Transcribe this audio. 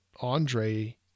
Andre